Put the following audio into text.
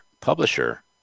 publisher